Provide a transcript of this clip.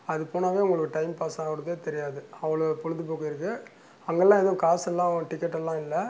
அது போனாவே உங்களுக்கு டைம் பாஸ் ஆகுறதே தெரியாது அவ்வளோ பொழுதுபோக்கு இருக்குது அங்கேல்லாம் எதுவும் காசெல்லாம் டிக்கட்டெல்லாம் இல்லை